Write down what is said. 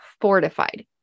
fortified